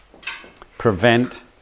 Prevent